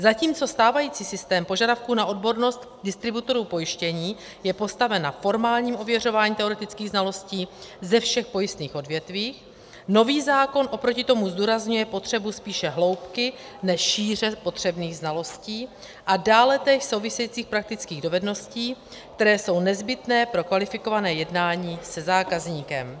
Zatímco stávající systém požadavku na odbornost distributorů pojištění je postaven na formálním ověřování teoretických znalostí ze všech pojistných odvětví, nový zákon oproti tomu zdůrazňuje potřebu spíše hloubky než šíře potřebných znalostí a dále též souvisejících praktických dovedností, které jsou nezbytné pro kvalifikované jednání se zákazníkem.